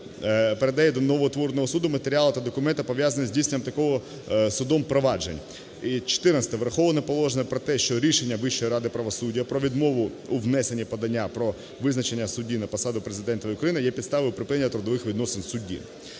передає до новоутвореного суду матеріали та документи, пов'язані зі здійсненням такого судом провадження. Чотирнадцяте. Враховано положення про те, що рішення Вищої ради правосуддя про відмову у внесенні подання про визначення судді на посаду Президентом України є підставою припинення трудових відносин судді.